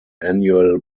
annual